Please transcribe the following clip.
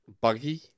buggy